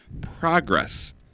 progress